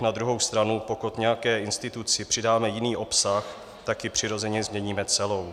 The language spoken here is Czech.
Na druhou stranu pokud nějaké instituci přidáme jiný obsah, tak ji přirozeně změníme celou.